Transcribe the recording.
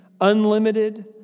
Unlimited